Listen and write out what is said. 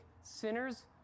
sinners